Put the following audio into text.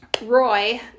Roy